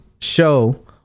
show